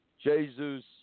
jesus